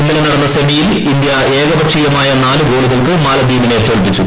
ഇന്നലെ നടന്ന സെമിയിൽ ഇന്ത്യ ഏകപക്ഷീയമായ നാലു ഗോളുകൾക്ക് മാലദ്വീപിനെ തോൽപിച്ചു